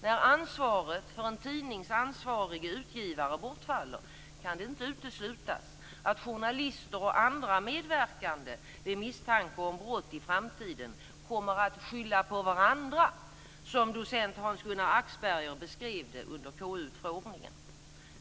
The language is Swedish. När ansvaret för en tidnings ansvarige utgivare bortfaller kan det inte uteslutas att journalister och andra medverkande vid misstanke om brott i framtiden kommer att "skylla på varandra", som docent Hans-Gunnar Axberger beskrev det under KU-utfrågningen.